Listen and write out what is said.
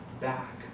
back